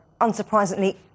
unsurprisingly